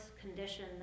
condition